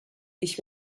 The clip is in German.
ich